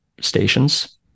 stations